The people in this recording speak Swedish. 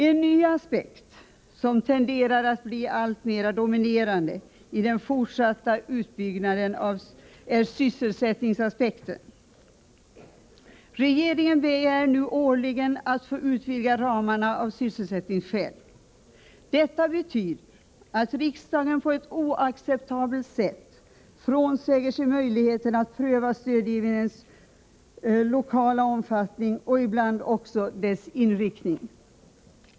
En ny aspekt som tenderar att bli alltmer dominerande i den fortsatta utbyggnaden är sysselsättningsaspekten. Regeringen begär nu årligen att få utvidga ramarna av sysselsättningskäl. Detta betyder att riksdagen på ett oacceptabelt sätt frånsäger sig möjligheten att pröva stödgivningens lokala omfattning och ibland också dess inriktning.